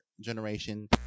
generation